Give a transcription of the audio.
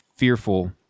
fearful